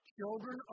Children